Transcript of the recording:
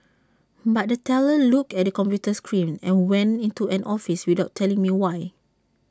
but the teller looked at the computer screen and went into an office without telling me why